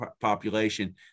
population